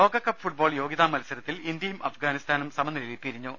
ലോകകപ്പ് ഫുട്ബോൾ യോഗ്യതാ മത്സരത്തിൽ ഇന്ത്യയും അഫ്ഗാ നിസ്ഥാനും സമനിലയിൽ പിരിഞ്ഞു